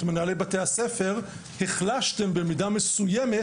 מנהלי בתי הספר החלשתם את הרשות המקומית במידה מסוימת.